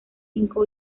cinco